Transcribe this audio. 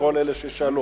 של כל אלה ששאלו?